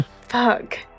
Fuck